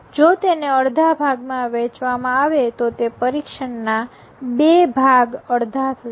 જો તેને અડધા ભાગમાં વહેંચવામાં આવે તો તે પરીક્ષણ ના ૨ ભાગ અડધા થશે